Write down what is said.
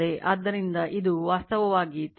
ಆದ್ದರಿಂದ ಇದು ವಾಸ್ತವವಾಗಿ ತಿರುವುಗಳ ಸಂಖ್ಯೆ N ಆಗಿದೆ ಅದು I